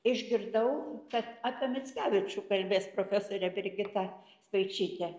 išgirdau kad apie mickevičių kalbės profesorė brigita speičytė